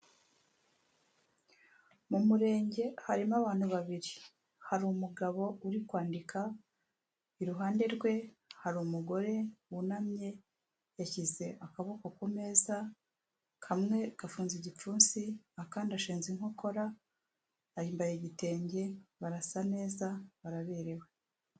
M'umurenge harimo abantu babiri hari umugabo uri kwandika iruhande rwe hari umugore wunamye yashyize akaboko ku meza kamwe gafunze igipfunsi akanda ashinze inkokora yambaye igitenge barasa neza baraberewe.